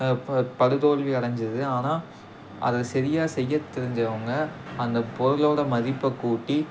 படுதோல்வி அடஞ்சிது ஆனால் அதை சரியா செய்ய தெரிஞ்சவங்க அந்த பொருளோடய மதிப்பை கூட்டி